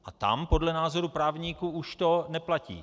A tam podle názoru právníků už to neplatí.